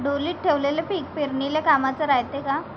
ढोलीत ठेवलेलं पीक पेरनीले कामाचं रायते का?